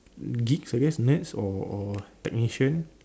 geeks I guess math or or technician